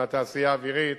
מהתעשייה האווירית,